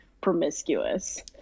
promiscuous